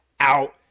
Out